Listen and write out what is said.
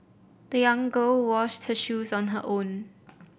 the young girl washed her shoes on her own